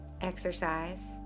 exercise